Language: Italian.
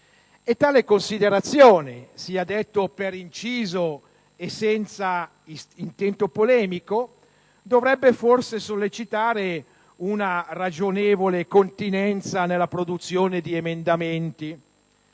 E tale considerazione, sia detto per inciso e senza intento polemico, dovrebbe forse sollecitare una ragionevole continenza nella produzione di emendamenti.